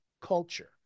culture